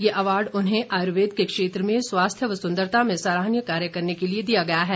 ये अवार्ड उन्हें आयुर्वेद के क्षेत्र में स्वास्थ्य व सुंदरता में सराहनीय कार्य करने के लिए दिया गया है